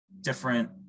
different